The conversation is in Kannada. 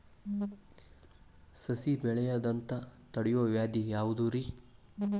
ಸಸಿ ಬೆಳೆಯದಂತ ತಡಿಯೋ ವ್ಯಾಧಿ ಯಾವುದು ರಿ?